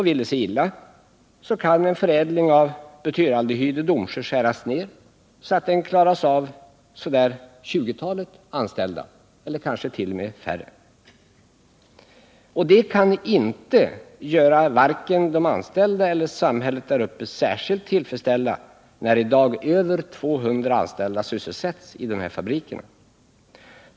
Vill det sig illa kan en förädling av butyraldehyd i Domsjö skäras ned, så att den klaras av 20-talet anställda eller kanske t.o.m. färre. Och det kan inte göra vare sig de anställda eller samhället däruppe särskilt tillfreds, när i dag över 200 anställda sysselsätts i dessa fabriker.